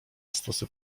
stosy